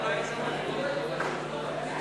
1 16 נתקבלו.